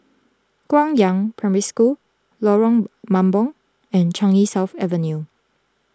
Guangyang Primary School Lorong Mambong and Changi South Avenue